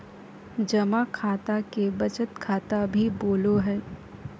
जमा खाता के बचत खाता भी बोलो हइ